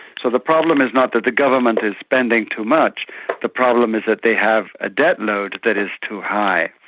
so the problem is not that the government is spending too much the problem is that they have a debt load that is too high.